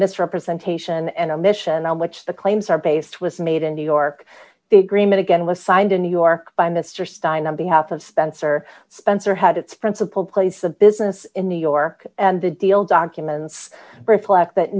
misrepresentation and a mission on which the claims are based was made in new york the agreement again was signed in new york by mister stein on behalf of spencer spencer had its principal place the business in new york and the deal documents reflect that